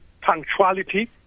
punctuality